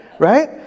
Right